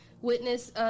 witness